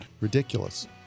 ridiculous